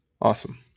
Awesome